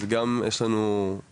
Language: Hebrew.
אז, גם יש לנו חוסר